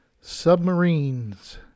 submarines